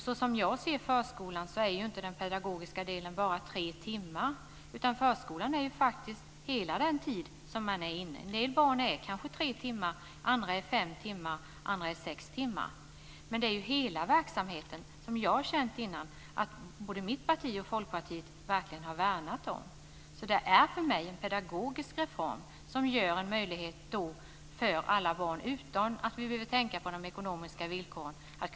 Som jag ser förskolan omfattar inte den pedagogiska delen bara tre timmar, utan förskolan är faktiskt hela den tid som barnen är där. En del barn är kanske där tre timmar, medan andra är där fem eller sex timmar. Men det är ju hela verksamheten som jag tidigare har känt att både mitt parti och Folkpartiet verkligen har värnat om. Det är alltså för mig en pedagogisk reform som ger möjlighet för alla barn att delta i verksamheten utan att föräldrarna behöver tänka på de ekonomiska villkoren.